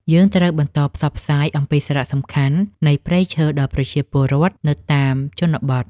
យើងត្រូវបន្តផ្សព្វផ្សាយអំពីសារៈសំខាន់នៃព្រៃឈើដល់ប្រជាពលរដ្ឋនៅតាមជនបទ។